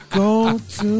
go-to